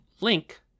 Link